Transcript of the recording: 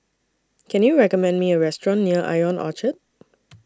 Can YOU recommend Me A Restaurant near Ion Orchard